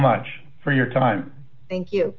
much for your time thank you